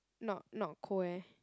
not not cold eh